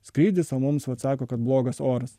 skrydis o mums vat sako kad blogas oras